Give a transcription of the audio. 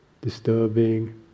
disturbing